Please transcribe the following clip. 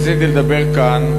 אני רציתי לדבר כאן,